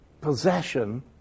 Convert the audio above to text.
possession